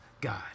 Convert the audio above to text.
God